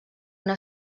una